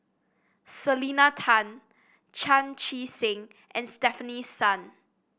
Selena Tan Chan Chee Seng and Stefanie Sun